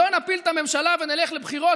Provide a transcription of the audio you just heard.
לא נפיל את הממשלה ונלך לבחירות,